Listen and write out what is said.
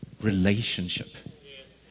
relationship